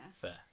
fair